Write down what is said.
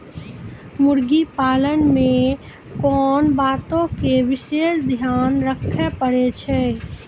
मुर्गी पालन मे कोंन बातो के विशेष ध्यान रखे पड़ै छै?